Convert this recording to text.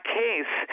case